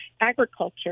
Agriculture